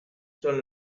son